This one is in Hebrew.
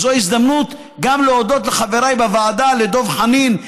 זו גם ההזדמנות להודות לחבריי בוועדה: לדב חנין,